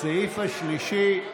הסעיף השלישי,